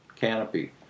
canopy